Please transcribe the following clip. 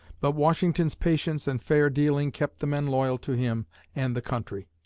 but washington's patience and fair dealing kept the men loyal to him and the country.